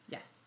Yes